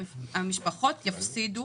המשפחות יפסידו